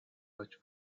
تاج